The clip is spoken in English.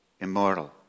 immortal